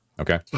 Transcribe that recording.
Okay